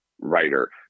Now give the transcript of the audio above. writer